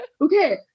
okay